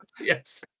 Yes